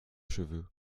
cheveux